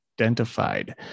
identified